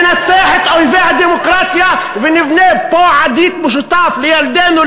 ננצח את אויבי הדמוקרטיה ונבנה פה עתיד משותף לילדינו,